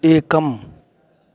एकम्